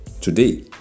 today